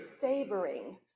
savoring